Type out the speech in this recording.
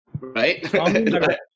Right